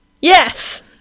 Yes